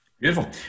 beautiful